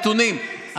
נתונים,